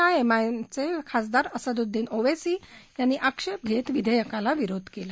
I M I M चे खासदार असद्दीन ओवीसी यांनी आक्षेप घेत विधायकाला विरोध केला